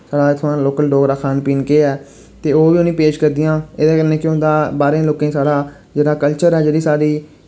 साढ़ा इत्थुआं दा लोकल डोगरा खान पीन केह् ऐ ते ओह् बी उ'नें पेश करदियां एह्दे कन्नै केह् होंदा बाह्रें लोकें साढ़ा जेह्ड़ा कल्चर ऐ जेह्ड़ी साढ़ी